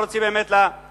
אני לא רוצה באמת לפרט.